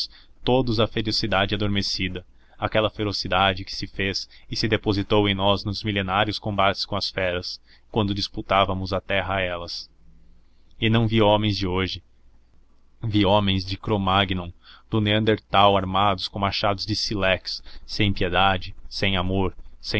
todos a ferocidade adormecida aquela ferocidade que se fez e se depositou em nós nos milenários combates com as feras quando disputávamos a terra a elas eu não vi homens de hoje vi homens de cro magnon do neanderthal armados com machados de sílex sem piedade sem amor